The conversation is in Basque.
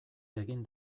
egin